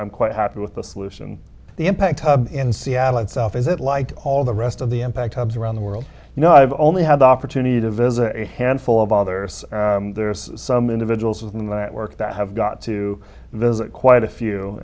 i'm quite happy with the solution the impact in seattle itself is that like all the rest of the impact hubs around the world you know i've only had the opportunity to visit a handful of others there some individuals in that work that have got to visit quite a few